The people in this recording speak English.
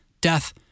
death